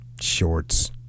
shorts